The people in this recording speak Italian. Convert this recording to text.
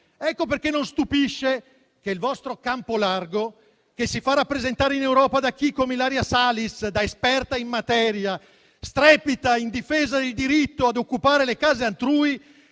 ecco perché non stupisce che il vostro campo largo, che si fa rappresentare in Europa da chi, come Ilaria Salis, da esperta in materia, strepita in difesa del diritto a occupare le case altrui,